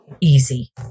easy